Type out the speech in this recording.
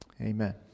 Amen